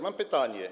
Mam pytanie.